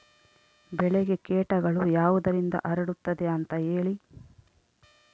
ಬೆಳೆಗೆ ಕೇಟಗಳು ಯಾವುದರಿಂದ ಹರಡುತ್ತದೆ ಅಂತಾ ಹೇಳಿ?